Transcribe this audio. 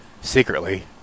secretly